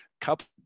couple